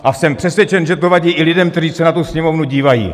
A jsem přesvědčen, že to vadí i lidem, kteří se na tu Sněmovnu dívají.